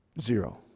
Zero